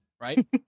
right